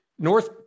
North